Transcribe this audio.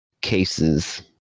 cases